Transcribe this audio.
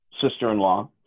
sister-in-law